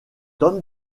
homme